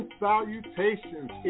salutations